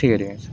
ठीक आहे ठीक आहे